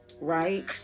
right